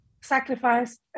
sacrifice